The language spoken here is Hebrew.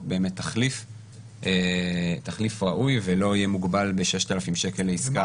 באמת תחליף ראוי ולא יהיה מוגבל ב-6,000 שקל לעסקה כמו החוק עצמו.